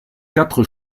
quatre